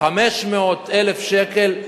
500,000 שקל,